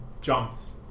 jumps